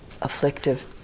afflictive